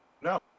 No